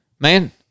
Man